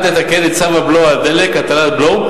לתקן את צו הבלו על דלק (הטלת בלו),